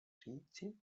říci